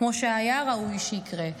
כמו שהיה ראוי שיקרה.